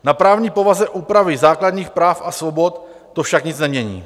Na právní povaze úpravy základních práv a svobod to však nic nemění.